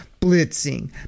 blitzing